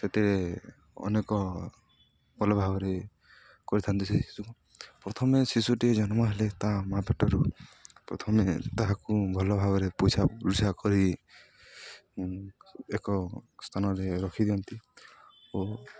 ସେଥିରେ ଅନେକ ଭଲ ଭାବରେ କରିଥାନ୍ତି ସେ ଶିଶୁକୁ ପ୍ରଥମେ ଶିଶୁଟିଏ ଜନ୍ମ ହେଲେ ତା ମା' ପେଟରୁ ପ୍ରଥମେ ତାହାକୁ ଭଲ ଭାବରେ ପୁଛା ପୁଛା କରି ଏକ ସ୍ଥାନରେ ରଖିଦିଅନ୍ତି ଓ